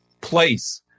place